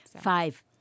Five